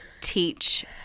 teach